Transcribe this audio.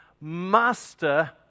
Master